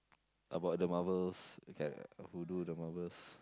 about the Marvels who do the Marvels